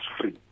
free